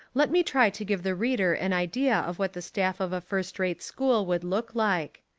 let me try to give the reader an idea of what the staff of a first-rate school would look like.